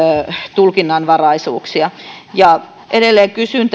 tulkinnanvaraisuuksia edelleen kysyn